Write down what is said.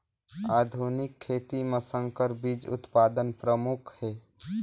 आधुनिक खेती म संकर बीज उत्पादन प्रमुख हे